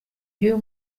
ry’uyu